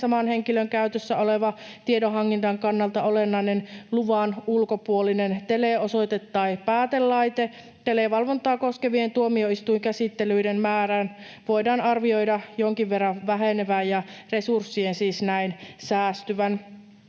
saman henkilön käytössä oleva tiedonhankinnan kannalta olennainen luvan ulkopuolinen teleosoite tai -päätelaite. Televalvontaa koskevien tuomioistuinkäsittelyiden määrän voidaan arvioida jonkin verran vähenevän ja resurssien siis näin säästyvän.